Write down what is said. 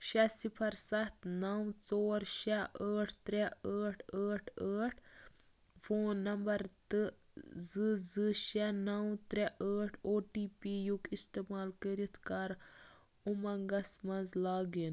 شےٚ صِفَر سَتھ نَو ژور شےٚ ٲٹھ ترٛےٚ ٲٹھ ٲٹھ ٲٹھ فون نَمبر تہٕ زٕ زٕ شےٚ نَو ترٛےٚ ٲٹھ او ٹی پی یُک اِستعمال کٔرِتھ کر اُمنٛگس مَنٛز لاگ اِن